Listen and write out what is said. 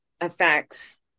affects